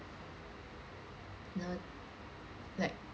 know like